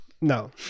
No